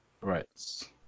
Right